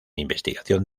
investigación